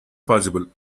possible